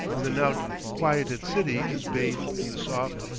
when the now quieted city is bathed in the soft,